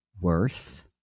worth